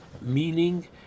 meaning